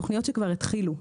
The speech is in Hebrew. אלה תוכניות שכבר התחילו,